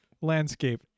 landscape